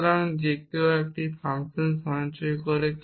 সুতরাং যে কেউ একটি এই ফাংশন সঞ্চয় করে